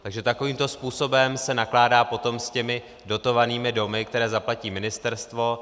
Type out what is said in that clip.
Takže takovýmto způsobem se nakládá potom s těmi dotovanými domy, které zaplatí ministerstvo.